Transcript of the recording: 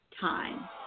time